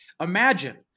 Imagine